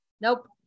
Nope